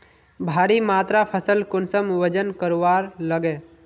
भारी मात्रा फसल कुंसम वजन करवार लगे?